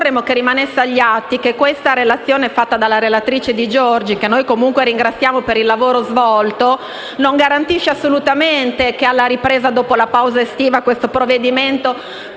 vorremmo che rimanesse agli atti che la relazione fatta dalla senatrice Di Giorgi - che comunque ringraziamo per il lavoro svolto - non garantisce assolutamente che alla ripresa, dopo la pausa estiva, questo provvedimento